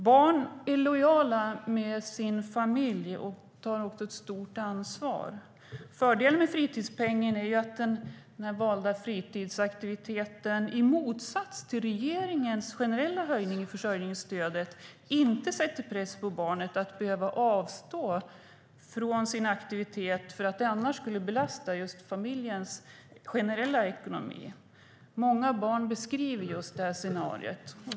Barn är lojala med sin familj och tar ett stort ansvar. Fördelen med fritidspengen är att den valda fritidsaktiviteten i motsats till regeringens generella höjning av försörjningsstödet inte sätter press på barnet att behöva avstå från sin aktivitet för att den annars skulle belasta familjens generella ekonomi. Många barn beskriver just detta scenario.